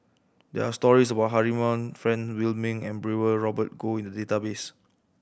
there are stories about Han Frank Wilmin and Brewer Robert Goh in the database